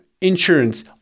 insurance